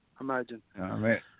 Imagine